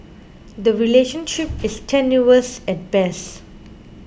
the relationship is tenuous at best